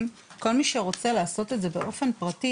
שכל מי שרוצה לעשות את זה באופן פרטי.